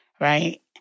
right